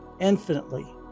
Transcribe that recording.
infinitely